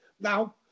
Now